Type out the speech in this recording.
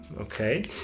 okay